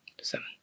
Seven